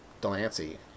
Delancey